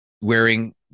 wearing